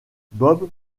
bob